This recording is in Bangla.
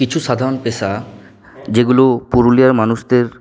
কিছু সাধারণ পেশা যেগুলো পুরুলিয়ার মানুষদের